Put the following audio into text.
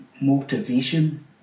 motivation